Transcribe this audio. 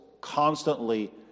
constantly